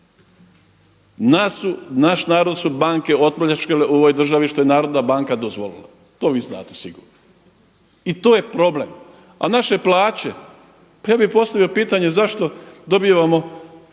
Naš narod su banke opljačkale u ovoj državi što je Narodna banka dozvolila, to vi znate sigurno i to je problem. a naše plaće, pa ja bih postavio pitanje zašto dobivamo